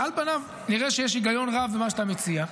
על פניו נראה שיש היגיון רב במה שאתה מציע,